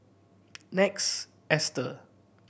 Next Easter